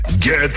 Get